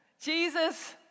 Jesus